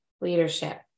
leadership